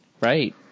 Right